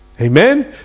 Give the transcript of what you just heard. Amen